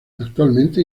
actualmente